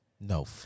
No